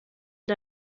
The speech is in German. ihr